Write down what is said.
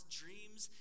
dreams